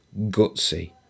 gutsy